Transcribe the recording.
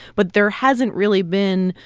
but there hasn't really been,